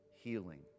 healing